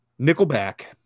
nickelback